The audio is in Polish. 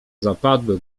zapadły